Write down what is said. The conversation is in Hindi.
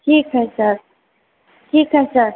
ठीक है सर ठीक है सर